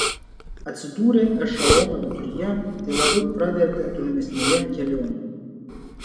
atsidūrė ešelono viduryje tai labai pravertė tolimesnėje kelionėje